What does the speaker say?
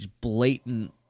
blatant